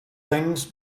things